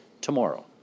tomorrow